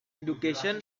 education